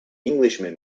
englishman